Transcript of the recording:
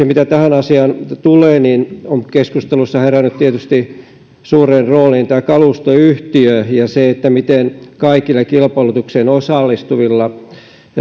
mitä tähän asiaan tulee on keskusteluissa herännyt tietysti suureen rooliin tämä kalustoyhtiö ja se miten kaikilla kilpailutukseen osallistuvilla